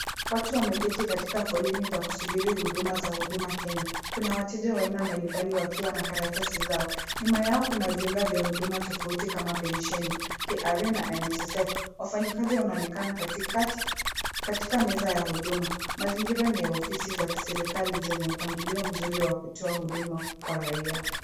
Watu wameketi katika foleni za kusubiri huduma za Huduma Kenya. Kuna wateja wa aina mbalimbali wakiwa na karatasi zao. Nyuma yao kuna viunga vya huduma tofauti kama pensheni, kra na nssf.Wafanyikazi wanaonekana katika meza ya huduma. Mazingira ni ya ofisi za kiserikali zenye mpangilio mzuri wa kutoa huduma kwa raia.